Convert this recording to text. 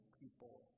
people